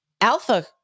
Alpha